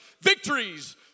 victories